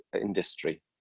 industry